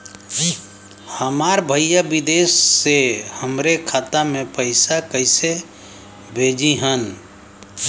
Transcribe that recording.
हमार भईया विदेश से हमारे खाता में पैसा कैसे भेजिह्न्न?